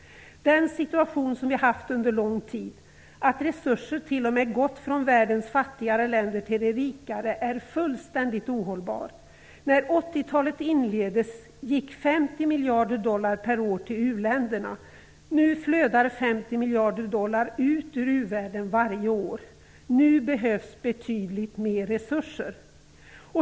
Den situation som vi har haft under lång tid - att resurser t.o.m. gått från världens fattigare länder till de rikare - är fullständigt ohållbar. När 80-talet inleddes gick 50 miljarder dollar per år till u-länderna. Nu flödar 50 miljarder dollar ut ur u-världen varje år. Nu behövs betydligt mer resurser."